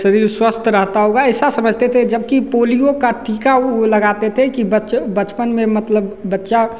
शरीर स्वस्थ रहता होगा ऐसा समझते थे जबकि पोलियों का टीका वो लगाते थे कि बच बचपन में मतलब बच्चा